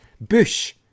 Bush